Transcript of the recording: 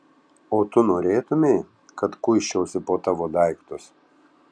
o tu norėtumei kad kuisčiausi po tavo daiktus